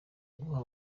guha